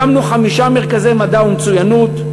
הקמנו חמישה מרכזי מדע ומצוינות.